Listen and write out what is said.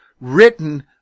written